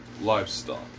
livestock